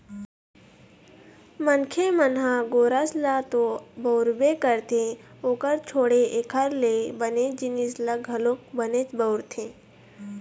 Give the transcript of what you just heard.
मनखे मन ह गोरस ल तो बउरबे करथे ओखर छोड़े एखर ले बने जिनिस ल घलोक बनेच बउरथे